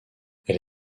elle